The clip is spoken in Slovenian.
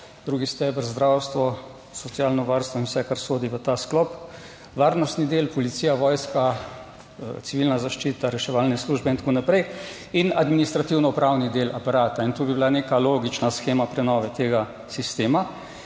drugi steber, zdravstvo, socialno varstvo in vse kar sodi v ta sklop) - varnostni del, policija, vojska, civilna zaščita, reševalne službe in tako naprej in administrativno upravni del aparata in to bi bila neka logična shema prenove tega sistema.